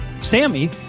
Sammy